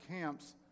camps